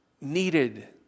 needed